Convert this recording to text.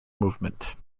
movement